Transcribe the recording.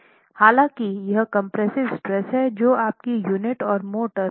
हालांकि यह compressive stress है जो आपकी यूनिट और मोटर की शक्ति को तय करेगा